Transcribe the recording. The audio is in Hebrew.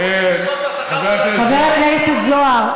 חבר הכנסת זוהר,